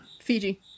Fiji